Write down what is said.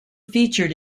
featured